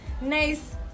nice